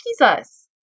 Jesus